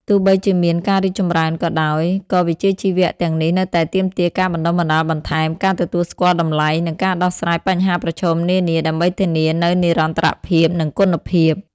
ទោះបីជាមានការរីកចម្រើនក៏ដោយ ក៏វិជ្ជាជីវៈទាំងនេះនៅតែទាមទារការបណ្ដុះបណ្ដាលបន្ថែម ការទទួលស្គាល់តម្លៃ និងការដោះស្រាយបញ្ហាប្រឈមនានា ដើម្បីធានានូវនិរន្តរភាព និងគុណភាព។